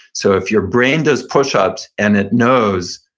so if your brain does push-ups and it knows,